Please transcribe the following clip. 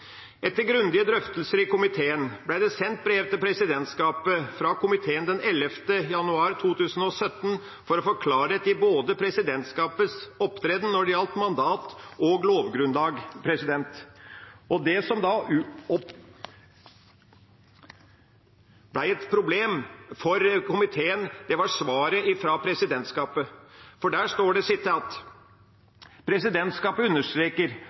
Etter grundige drøftelser i komiteen ble det sendt brev til presidentskapet fra komiteen den 11. januar 2017 for å få klarhet i presidentskapets opptreden når det gjaldt mandat og lovgrunnlag. Det som da ble et problem for komiteen, var svaret fra presidentskapet. Der står det: «Presidentskapet understreker at det må være opp til presidentskapet